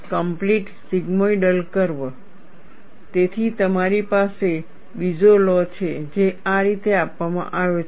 complete sigmoidal curve તેથી તમારી પાસે બીજો લૉ છે જે આ રીતે આપવામાં આવ્યો છે